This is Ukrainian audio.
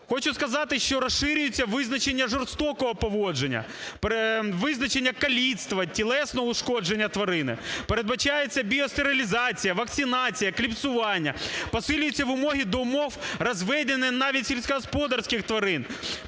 Хочу сказати, що розширюється визначення жорстокого поводження, визначення каліцтва, тілесного ушкодження тварини. Передбачається біостерилізація, вакцинація, кліпсування. Посилюються вимоги до умов розведення навіть сільськогосподарських тварин.